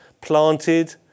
planted